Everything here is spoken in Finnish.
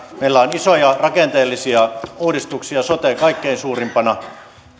meillä on isoja rakenteellisia uudistuksia sote kaikkein suurimpana